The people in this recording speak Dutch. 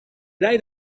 blij